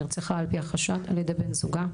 נרצחה על פי החשד על ידי בן זוגה,